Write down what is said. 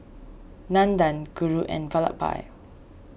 Nandan Guru and Vallabhbhai